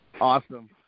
Awesome